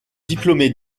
diplômé